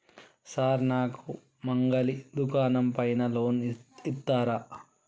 Sir నాకు మంగలి దుకాణం పైన లోన్ ఇత్తరా?